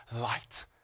light